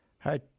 Hi